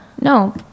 no